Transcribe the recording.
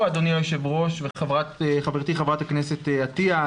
אדוני היושב-ראש וחברתי חברת הכנסת עטייה,